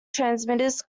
transmitters